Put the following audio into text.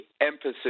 emphasis